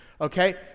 Okay